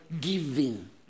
giving